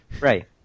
Right